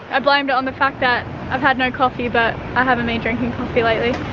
i blamed it on the fact that i've had no coffee, but i haven't been drinking coffee lately.